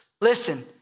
listen